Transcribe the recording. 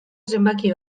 zenbaki